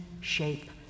shape